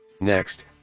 Next